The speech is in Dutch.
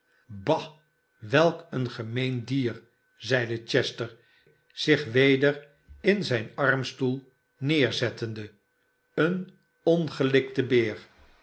bah welk een gemeen dier zeide chester zich weder in zijn armstoel neerzettende een ongelikte beer